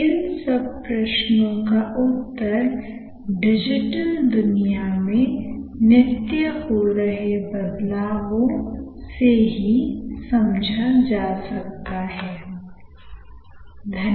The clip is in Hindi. इन सब प्रश्नों का उत्तर डिजिटल दुनिया में नित्य हो रहे बदलावों से ही समझा जा सकता हैI